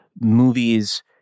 movies